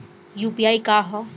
UPI का ह?